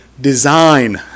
design